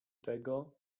tego